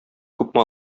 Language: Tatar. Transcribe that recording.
күпме